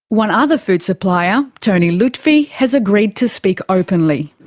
one other food supplier, tony lutfi, has agreed to speak openly.